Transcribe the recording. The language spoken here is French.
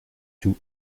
tout